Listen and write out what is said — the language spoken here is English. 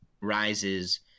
rises